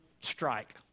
strike